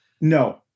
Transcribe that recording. No